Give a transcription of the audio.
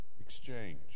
Exchange